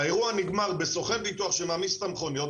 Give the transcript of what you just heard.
האירוע נגמר בסוכן ביטוח שמעמיס את המכוניות,